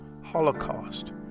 Holocaust